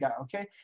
Okay